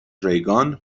ریگان